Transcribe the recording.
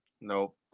Nope